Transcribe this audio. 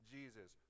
Jesus